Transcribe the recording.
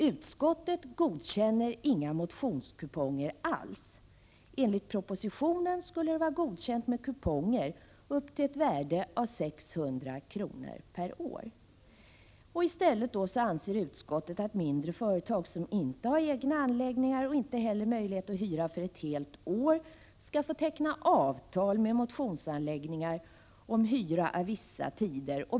Utskottet godkänner inga motionskuponger alls, men enligt propositionen skulle det vara godkänt med kuponger upp till ett värde av 600 kr. per år. I stället anser utskottet att mindre företag, som inte har egna anläggningar och inte heller möjlighet att hyra för ett helt år, skall få teckna avtal med motionsanläggningar om hyra av vissa tider.